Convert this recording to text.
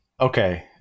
Okay